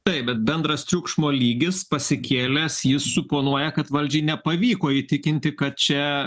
taip bet bendras triukšmo lygis pasikėlęs jis suponuoja kad valdžiai nepavyko įtikinti kad čia